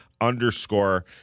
underscore